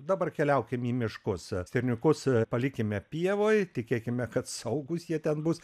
dabar keliaukim į miškus stirniukus palikime pievoj tikėkime kad saugūs jie ten bus